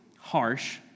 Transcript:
harsh